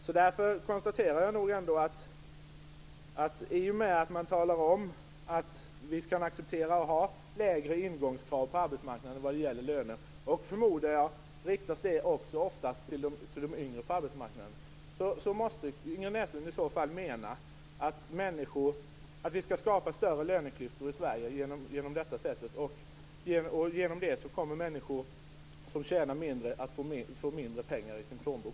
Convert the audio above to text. Jag konstaterar därför att Ingrid Näslund med talet om att acceptera lägre ingångskrav på arbetsmarknaden vad gäller löner - förmodligen oftast riktat till de yngre på arbetsmarknaden - måste mena att vi skall skapa större löneklyftor i Sverige. Härigenom kommer låginkomsttagare också att få mindre pengar i sin plånbok.